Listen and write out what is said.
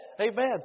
Amen